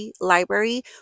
library